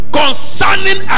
concerning